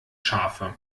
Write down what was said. scharfe